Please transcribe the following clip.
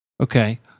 Okay